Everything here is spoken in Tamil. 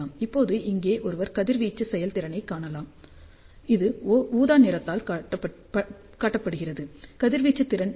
இப்போது இங்கே ஒருவர் கதிர்வீச்சு செயல்திறனைக் காணலாம் அது ஊதா நிறத்தால் காட்டப்படுகிறது கதிர்வீச்சு திறன் என்ன